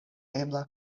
ebla